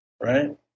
right